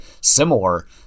similar